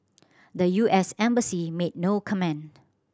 the U S embassy made no comment